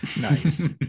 Nice